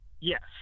Yes